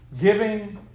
giving